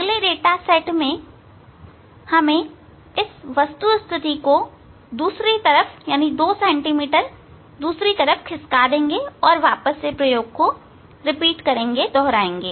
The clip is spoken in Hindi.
अगले डाटा सेट में आप इस वस्तु स्थिति को दूसरी तरफ 2 cm खिसका देगे और फिर प्रयोग को दोहराएंगे